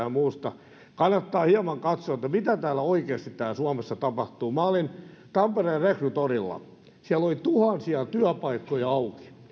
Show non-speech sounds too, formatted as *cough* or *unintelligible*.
*unintelligible* ja muusta kannattaa hieman katsoa mitä täällä suomessa oikeasti tapahtuu minä olin tampereen rekrytorilla siellä oli tuhansia työpaikkoja auki